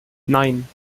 nein